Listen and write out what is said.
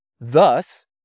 Thus